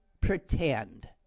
pretend